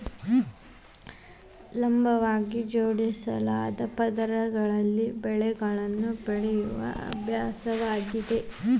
ಲಂಬವಾಗಿ ಜೋಡಿಸಲಾದ ಪದರಗಳಲ್ಲಿ ಬೆಳೆಗಳನ್ನು ಬೆಳೆಯುವ ಅಭ್ಯಾಸವಾಗಿದೆ